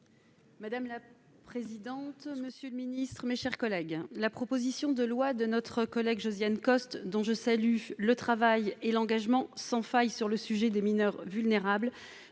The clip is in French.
Madame la présidente, monsieur le Ministre, mes chers collègues, la proposition de loi de notre collègue Josiane Costes, dont je salue le travail et l'engagement sans faille sur le sujet des mineurs vulnérables